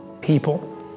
people